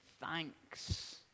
thanks